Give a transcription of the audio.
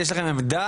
יש לכם עמדה?